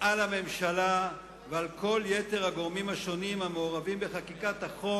על הגורמים השונים המעורבים בחקיקת החוק